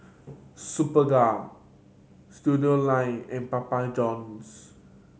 Superga Studioline and Papa Johns